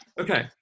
Okay